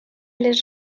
les